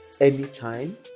anytime